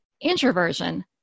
introversion